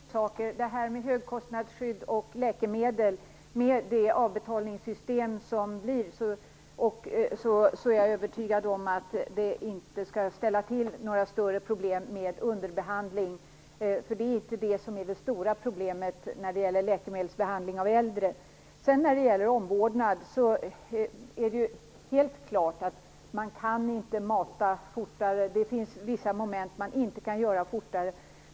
Fru talman! Två saker vill jag kommentera. Först högkostnadsskydd och läkemedel. Med det avbetalningssystem som införs är jag övertygad om att det inte kommer att bli några större problem med underbehandling. Det är inte det stora problemet när det gäller läkemedelsbehandling av äldre. Vad sedan gäller omvårdnad är det helt klart att man t.ex. inte kan mata fortare. Det finns vissa moment man inte kan göra fortare.